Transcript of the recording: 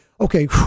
okay